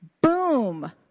boom